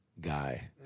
guy